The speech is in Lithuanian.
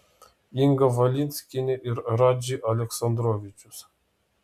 inga valinskienė ir radži aleksandrovičius